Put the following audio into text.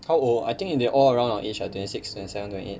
how old I think they all around our age ah twenty six twenty seven twenty eight